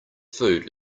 food